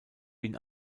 ibn